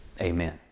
Amen